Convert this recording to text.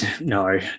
no